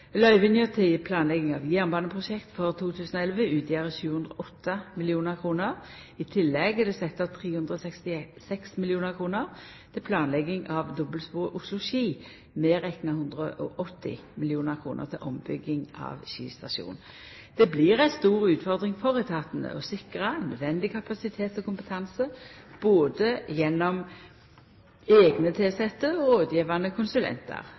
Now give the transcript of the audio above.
Løyvinga til planlegging av jernbaneprosjekt for 2011 utgjer 708 mill. kr. I tillegg er det sett av 366 mill. kr til planlegging av dobbeltspor Oslo–Ski, medrekna 180 mill. kr til ombygging av Ski stasjon. Det blir ei stor utfordring for etatane å sikra nødvendig kapasitet og kompetanse både gjennom eigne tilsette og rådgjevande konsulentar.